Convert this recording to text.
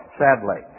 sadly